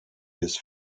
his